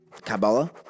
Kabbalah